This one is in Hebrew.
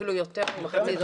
אפילו יותר ממחצית.